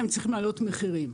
הם צריכים להעלות מחירים.